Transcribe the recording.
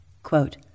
Quote